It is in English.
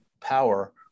power